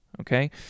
Okay